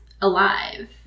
alive